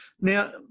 now